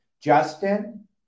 justin